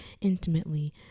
intimately